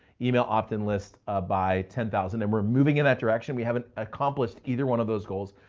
email opt-in list ah by ten thousand. and we're moving in that direction. we haven't accomplished either one of those goals,